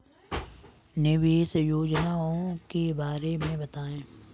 निवेश योजनाओं के बारे में बताएँ?